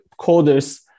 coders